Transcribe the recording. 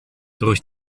durch